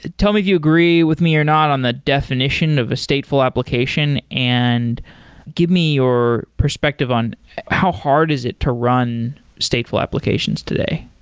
tell me if you agree with me or not on the definition of a stateful application and give me your perspective on how hard is it to run stateful applications today